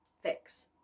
fix